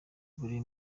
buri